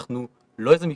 אנחנו לא איזה מפלצת,